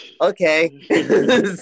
Okay